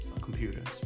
computers